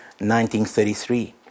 1933